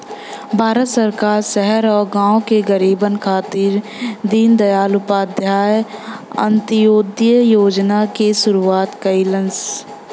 भारत सरकार शहर आउर गाँव के गरीबन खातिर दीनदयाल उपाध्याय अंत्योदय योजना क शुरूआत कइलस